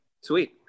Sweet